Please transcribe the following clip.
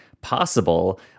possible